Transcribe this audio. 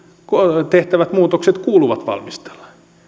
tehtävät muutokset kuuluu valmistella